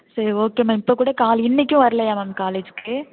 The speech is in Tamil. சரி ஓகே மேம் இப்போ கூட கால் இன்றைக்கும் வரலையா மேம் காலேஜிக்கு